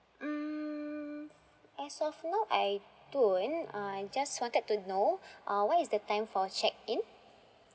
um as of now I don't uh I just wanted to know uh what is the time for check in